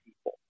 people